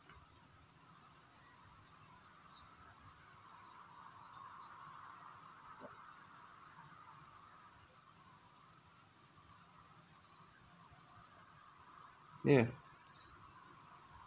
ya